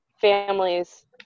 families